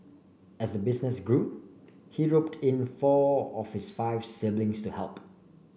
as the business grew he roped in four of his five siblings to help